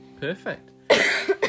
Perfect